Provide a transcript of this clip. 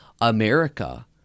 America